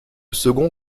second